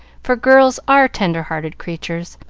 for girls are tender-hearted creatures,